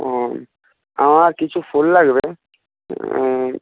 আমার কিছু ফুল লাগবে